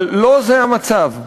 אבל לא זה המצב.